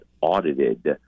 audited